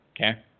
Okay